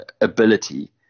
ability